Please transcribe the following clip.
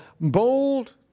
bold